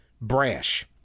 brash